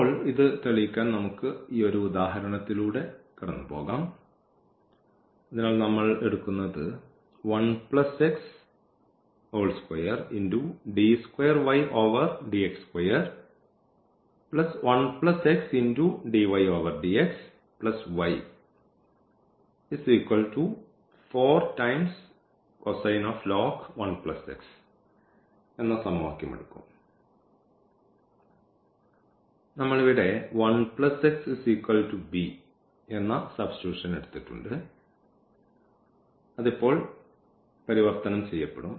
ഇപ്പോൾ ഇത് തെളിയിക്കാൻ നമുക്ക് ഈ ഉദാഹരണത്തിലൂടെ പോകാം അതിനാൽ നമ്മൾ ഇത് എടുക്കും നമ്മൾ ഇവിടെ ഈ 1x v എന്ന സബ്സ്റ്റിട്യൂഷൻ എടുത്തിട്ടുണ്ട് അത് ഇപ്പോൾ പരിവർത്തനം ചെയ്യും